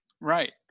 Right